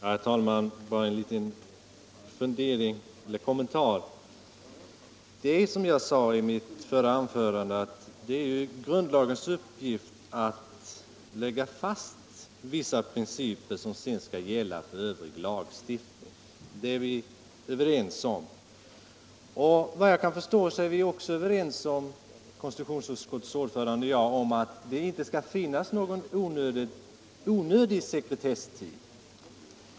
Herr talman! Bara en liten kommentar. Det är, som jag sade i mitt förra anförande, grundlagens uppgift att lägga fast vissa principer som sedan skall gälla för övrig lagstiftning. Detta är vi överens om. Och efter vad jag kan förstå är konstitutionsutskottets ordförande och jag också överens om att det inte skall finnas någon onödig sekretesstid.